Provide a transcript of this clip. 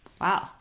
Wow